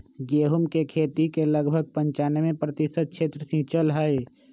गेहूं के खेती के लगभग पंचानवे प्रतिशत क्षेत्र सींचल हई